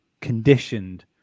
conditioned